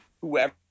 whoever